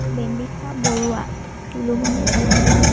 বেম্বীষা Barua Tulumoni Duwara